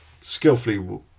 skillfully